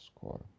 score